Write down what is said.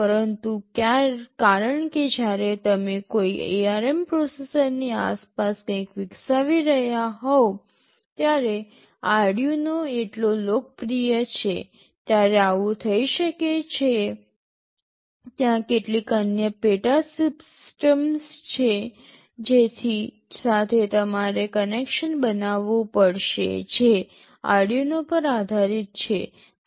પરંતુ કારણ કે જ્યારે તમે કોઈ ARM પ્રોસેસરની આસપાસ કંઈક વિકસાવી રહ્યા હોવ ત્યારે Arduino એટલો લોકપ્રિય છે ત્યારે આવું થઈ શકે છે ત્યાં કેટલીક અન્ય પેટા સિસ્ટમ્સ છે જેની સાથે તમારે કનેક્શન બનાવવું પડશે જે Arduino પર આધારિત છે